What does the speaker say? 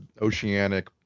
oceanic